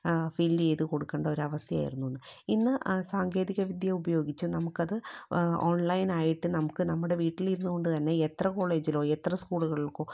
fill ചെയ്ത് കൊടുക്കേണ്ട ഒരു അവസ്ഥയായിരുന്നു ഇന്ന് സാങ്കേതിക വിദ്യ ഉപയോഗിച്ച് നമുക്ക് അത് ഓൺലൈൻ ആയിട്ട് നമുക്ക് നമ്മുടെ വീട്ടിലിരുന്നു കൊണ്ട് തന്നെ എത്ര കോളേജിലോ എത്ര സ്കൂളുകൾക്കോ